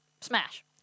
Smash